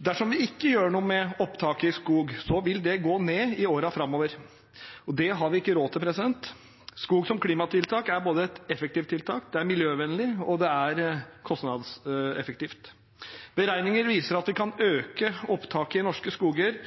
Dersom vi ikke gjør noe med opptaket i skog, vil det gå ned i årene framover, og det har vi ikke råd til. Skog som klimatiltak er et effektivt tiltak, det er miljøvennlig, og det er kostnadseffektivt. Beregninger viser at vi kan øke opptaket i norske skoger